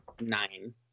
Nine